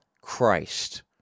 Christ